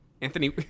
Anthony